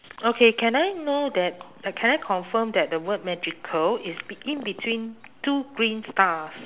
okay can I know that can I confirm that the word magical is be~ in between two green stars